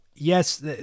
Yes